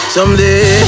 Someday